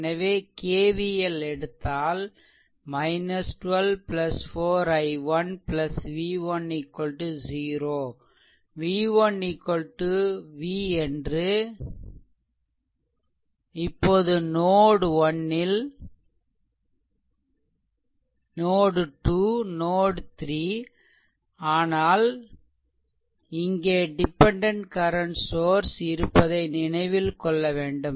எனவே KVL எடுத்தால் 12 4 i1 v1 0 v1 v என்று இப்போது நோட் 1 நோட் 2 நோட் 3ஆனால் இங்கே டிபெண்டென்ட் கரன்ட் சோர்ஸ் இருப்பதை நினைவில்கொள்ள வேண்டும்